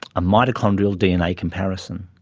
a mitochondrial dna comparison.